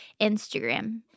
Instagram